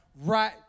Right